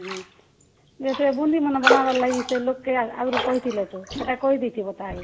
ହୁଁ ସେ ଯେ ବୁନ୍ଦିମାନେ ବନାବାର୍ ଲାଗି ସେ ଲୋକ୍କେ ଆଗରୁ କହିଥିଲେ ତ ସେଟା କହିଦେଇଥିବ ତାହେଲେ